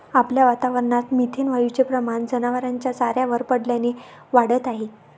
आपल्या वातावरणात मिथेन वायूचे प्रमाण जनावरांच्या चाऱ्यावर पडल्याने वाढत आहे